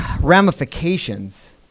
ramifications